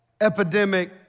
epidemic